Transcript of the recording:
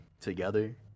together